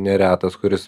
neretas kuris